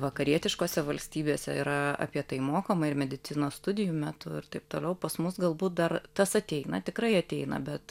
vakarietiškose valstybėse yra apie tai mokoma ir medicinos studijų metu ir taip toliau pas mus galbūt dar tas ateina tikrai ateina bet